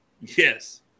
Yes